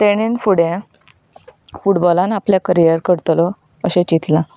ताणें फुडें फुटबॉलांत आपलो करियर करतलो अशें चिंतलां